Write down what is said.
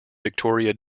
victoria